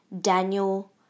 Daniel